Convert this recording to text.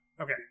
Okay